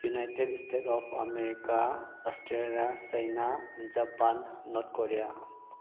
united state of America Australia China Japan North Korea